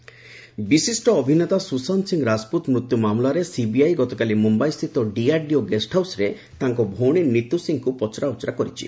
ସୁଶାନ୍ତ ସିଂ ବିଶିଷ୍ଟ ଅଭିନେତା ସୁଶାନ୍ତ ସିଂ ରାଜପୁତ ମୃତ୍ୟୁ ମାମଲାରେ ସିବିଆଇ ଗତକାଲି ମୁମ୍ୟାଇସ୍ଥିତ ଡିଆର୍ଡିଓ ଗେଷ୍ହାଉସ୍ରେ ତାଙ୍କ ଭଉଣୀ ନୀତୁ ସିଂଙ୍କୁ ପଚରାଉଚରା କରିଛି